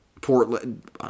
Portland